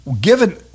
given